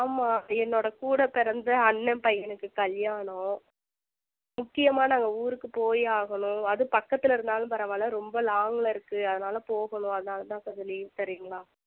ஆமாம் என்னோடு கூட பிறந்த அண்ணன் பையனுக்கு கல்யாணம் முக்கியமாக நாங்கள் ஊருக்கு போயே ஆகணும் அதுவும் பக்கத்துலேருந்தாலும் பரவாயில்ல ரொம்ப லாங்கு இருக்குது அதனால் போகணும் அதனால்தான் கொஞ்சம் லீவ் தரீங்களா